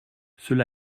cela